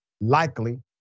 likely